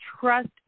trust